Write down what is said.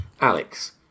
Alex